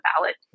ballot